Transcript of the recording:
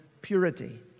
purity